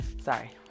Sorry